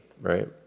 right